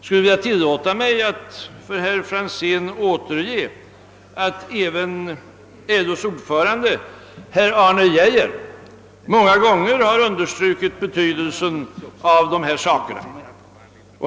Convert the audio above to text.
Även LO:s ordförande, herr Arne Geijer, har många gånger understrukit betydelsen av dessa saker.